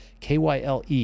KYLE